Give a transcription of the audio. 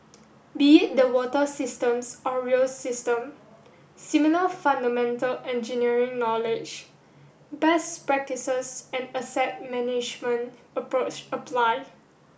be it the water systems or rail system similar fundamental engineering knowledge best practices and asset management approach apply